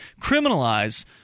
criminalize